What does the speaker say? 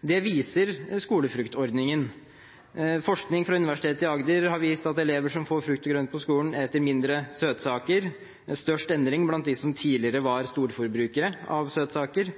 Det viser skolefruktordningen. Forskning fra Universitetet i Agder har vist at elever som får frukt og grønt på skolen, spiser mindre søtsaker. Det er størst endring blant dem som tidligere var storforbrukere av søtsaker.